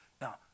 Now